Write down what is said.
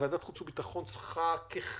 שוועדת החוץ והביטחון צריכה ככלל,